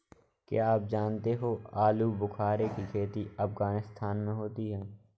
क्या आप जानते हो आलूबुखारे की खेती अफगानिस्तान में होती है